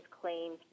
claims